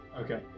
Okay